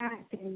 ஆ சரிங்க